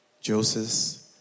Joseph